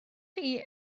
chi